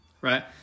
right